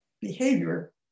behavior